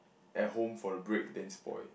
at home for a break then spoil